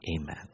Amen